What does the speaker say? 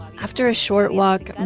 after a short walk, and